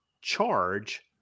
charge